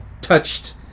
touched